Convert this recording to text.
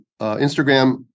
Instagram